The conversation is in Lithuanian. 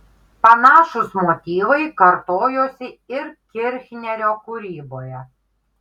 panašūs motyvai kartojosi ir kirchnerio kūryboje